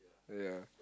ya